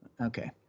okay